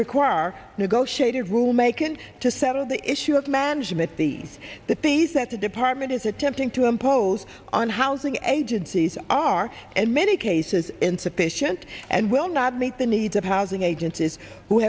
require our negotiated room akin to settle the issue of management these the fees that the department is attempting to impose on housing agencies are in many cases insufficient and will not meet the needs of housing agencies who